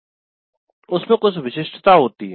उसमे कुछ विशिष्टता होती है